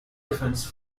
defense